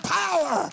power